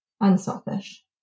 unselfish